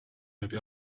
maybe